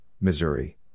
Missouri